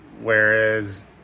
whereas